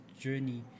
journey